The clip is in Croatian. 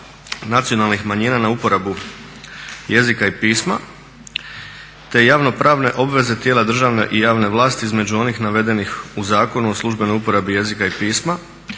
nacionalnih manjina na uporabu jezika i pisma, te javnopravne obveze tijela državne i javne vlasti između onih navedenih u Zakonu o službenoj uporabi jezika i pisma